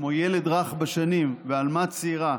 כמו ילד רך בשנים ועלמה צעירה,